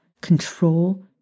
control